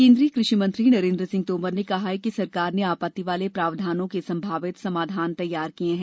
केंद्रीय कृषि मंत्री नरेन्द्र सिंह तोमर ने कहा कि सरकार ने आपत्ति वाले प्रावधानों के संभावित समाधान तैयार किए हैं